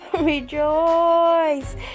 rejoice